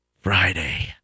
Friday